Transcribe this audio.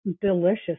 delicious